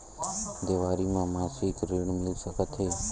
देवारी म मासिक ऋण मिल सकत हे?